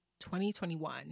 2021